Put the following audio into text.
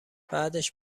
بعدش